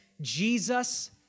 Jesus